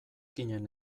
ginen